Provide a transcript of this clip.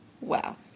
Wow